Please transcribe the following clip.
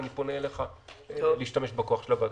ואני פונה אליך להשתמש בכוח של הוועדה.